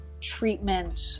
treatment